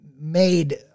made